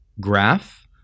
graph